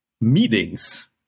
meetings